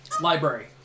library